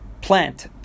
plant